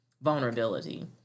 vulnerability